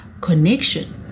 connection